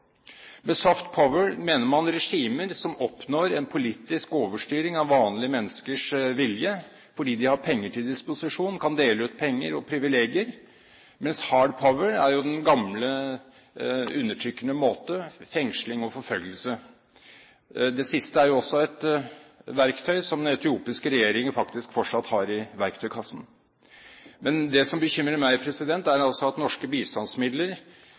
Med «soft power» mener man regimer som oppnår en politisk overstyring av vanlige menneskers vilje fordi de har penger til disposisjon, kan dele ut penger og privilegier, mens «hard power» er den gamle undertrykkende måte, fengsling og forfølgelse. Det siste er også et verktøy som den etiopiske regjeringen faktisk fortsatt har i verktøykassen. Men det som bekymrer meg, er altså at norske bistandsmidler